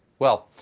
well,